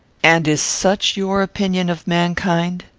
and is such your opinion of mankind?